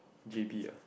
j_b ah